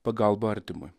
pagalba artimui